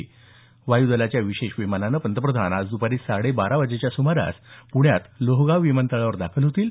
दरम्यान वायू दलाच्या विशेष विमानाने पंतप्रधान आज द्पारी साडे बारा वाजेच्या सुमारास लोहगाव विमानतळावर दाखल होतील